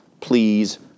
please